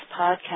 podcast